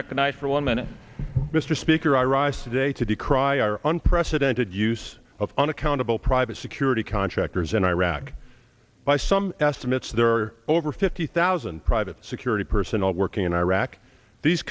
recognized for one minute mr speaker i rise today to decry our unprecedented use of unaccountable private security contractors in iraq by some estimates there are over fifty thousand private security personnel working in iraq these